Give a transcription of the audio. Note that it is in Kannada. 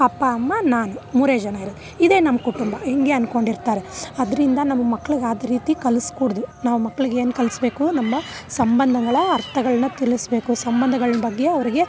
ಅಪ್ಪ ಅಮ್ಮ ನಾನು ಮೂರೇ ಜನ ಇರೋದು ಇದೇ ನಮ್ಮ ಕುಟುಂಬ ಹಿಂಗೆ ಅಂದ್ಕೊಂಡಿರ್ತಾರೆ ಆದ್ರಿಂದ ನಮ್ಮ ಮಕ್ಳಿಗೆ ಅದು ರೀತಿ ಕಲಿಸ್ಕೂಡದು ನಾವು ಮಕ್ಳಿಗೆ ಏನು ಕಲಿಸ್ಬೇಕು ನಮ್ಮ ಸಂಬಂಧಗಳ ಅರ್ಥಗಳನ್ನು ತಿಳಿಸ್ಬೇಕು ಸಂಬಂಧಗಳ ಬಗ್ಗೆ ಅವರಿಗೆ